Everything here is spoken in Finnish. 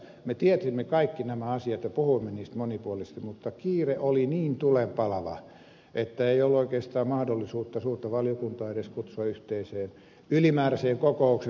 me tiesimme kaikki nämä asiat ja puhuimme niistä monipuolisesti mutta kiire oli niin tulenpalava että ei ollut oikeastaan mahdollisuutta suurta valiokuntaa edes kutsua yhteiseen ylimääräiseen kokoukseen